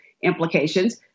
implications